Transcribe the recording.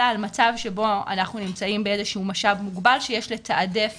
אלא על מצב שבו אנחנו נמצאים באיזה שהוא משאב מוגבל שיש לתעדף